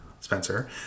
Spencer